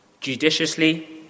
judiciously